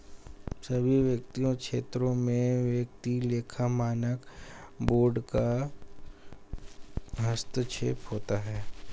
सभी वित्तीय क्षेत्रों में वित्तीय लेखा मानक बोर्ड का हस्तक्षेप होता है